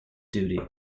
duty